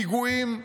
פיגועים,